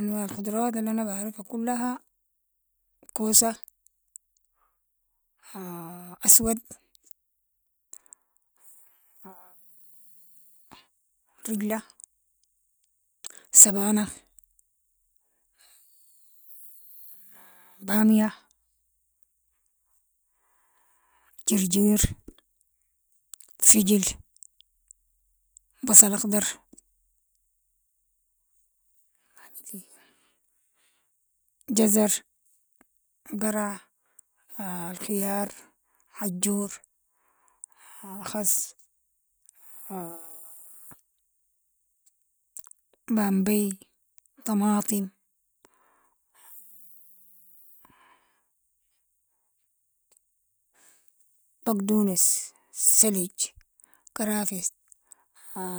أنواع الخضروات الانا بعرفها كلها، كوسة، أسود، رجلة، سبانخ، بامية، جرجير، فجل، بصل أخضر، جزر، قرع، الخيار، عجور، خس، بامبي، طماطم، بقدونس، سلج، كرافست،